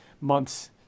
months